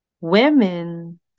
women